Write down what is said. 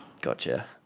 Gotcha